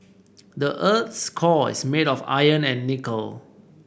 the earth's core is made of iron and nickel